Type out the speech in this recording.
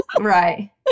Right